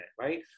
right